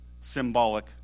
symbolic